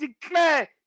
declare